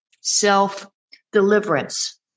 self-deliverance